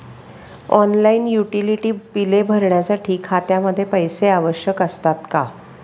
Online utility बिले भरण्यासाठी खात्यामध्ये पैसे आवश्यक असतात का?